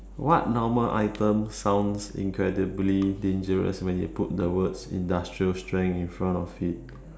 what normal item sounds incredibly dangerous when you put the words industrial strength in front of it